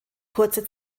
kurze